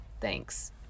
thanks